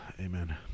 Amen